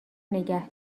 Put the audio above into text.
نگه